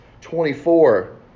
24